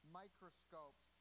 microscopes